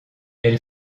elle